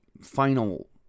final